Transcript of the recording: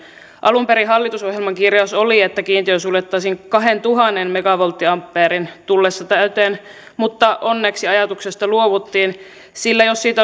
alun perin hallitusohjelman kirjaus oli että kiintiö suljettaisiin kahdentuhannen megavolttiampeerin tullessa täyteen mutta onneksi ajatuksesta luovuttiin sillä jos siitä